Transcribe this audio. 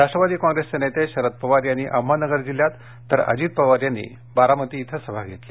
राष्ट्रवादी काँग्रेसचे नेते शरद पवार यांनी अहमदनगर जिल्ह्यात तर अजित पवार यांनी बारामतीमध्ये सभा घेतली